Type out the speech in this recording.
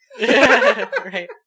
Right